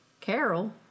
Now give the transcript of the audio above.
Carol